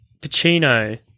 Pacino